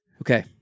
okay